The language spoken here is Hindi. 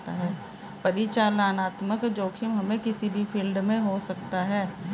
परिचालनात्मक जोखिम हमे किसी भी फील्ड में हो सकता है